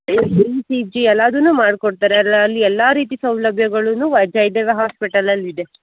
E C G ಎಲ್ಲದನ್ನೂ ಮಾಡಿಕೊಡ್ತಾರೆ ಅಲ್ಲಿ ಅಲ್ಲಿ ಎಲ್ಲ ರೀತಿ ಸೌಲಭ್ಯಗಳೂ ವೈ ಜಯದೇವ ಹಾಸ್ಪಿಟಲಲ್ಲಿ ಇದೆ